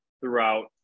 throughout